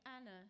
Anna